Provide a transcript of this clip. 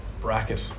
bracket